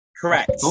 Correct